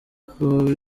kuba